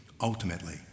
ultimately